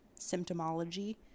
symptomology